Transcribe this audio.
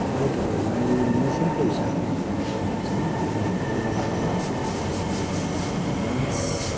पर्याटकहरूलाई मौसमको हिसाबले भन्नु पर्दा चाहिँ यहाँको मार्च